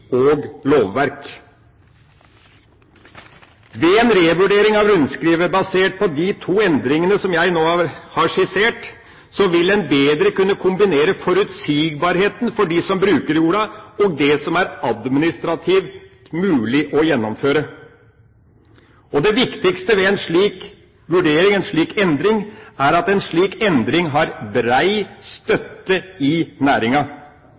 og lovverk. Ved en revurdering av rundskrivet, basert på de to endringene som jeg nå har skissert, vil en bedre kunne kombinere forutsigbarheten for dem som bruker jorda, og det som administrativt er mulig å gjennomføre. Det viktigste ved en slik vurdering og endring er at det har brei støtte i næringa.